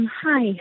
Hi